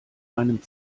einem